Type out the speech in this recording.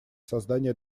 создание